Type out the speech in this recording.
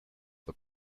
for